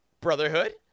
Brotherhood